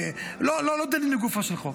לא דנים לגופו של חוק.